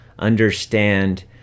understand